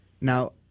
Now